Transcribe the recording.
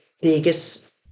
biggest